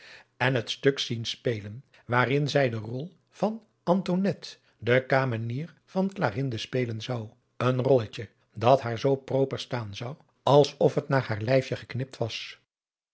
en het stuk zien spelen waarin zij de rol van antonet de kamenier van clarinde spelen zou een rolletje dat haar zoo proper staan zou als of het naar haar lijfje geknipt was